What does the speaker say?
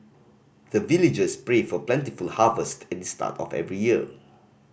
the villagers pray for plentiful harvest at the start of every year